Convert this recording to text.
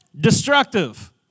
destructive